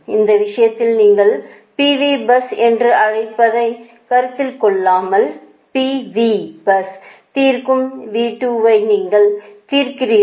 அந்த விஷயத்தில் நீங்கள் P V பஸ் என்று அழைப்பதை கருத்தில் கொள்ளாமல் P V பஸ் தீர்க்கும் V2 வை நீங்கள் தீர்க்கிறீர்கள்